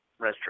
Restroom